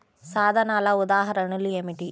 సాధనాల ఉదాహరణలు ఏమిటీ?